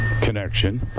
connection